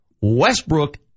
Westbrook